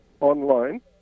online